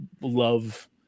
love